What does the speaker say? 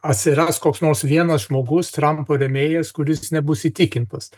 atsiras koks nors vienas žmogus trampo rėmėjas kuris nebus įtikintas